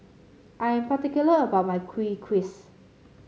I am particular about my Kuih Kaswi